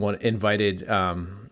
invited